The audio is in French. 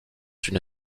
une